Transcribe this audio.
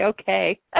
okay